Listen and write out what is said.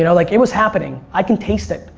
you know, like it was happening i can taste it.